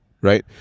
Right